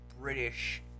British